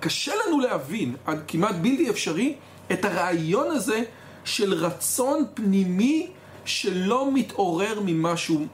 קשה לנו להבין כמעט בלתי אפשרי, את הרעיון הזה של רצון פנימי שלא מתעורר ממשהו